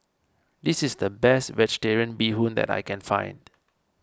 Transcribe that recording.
this is the best Vegetarian Bee Hoon that I can find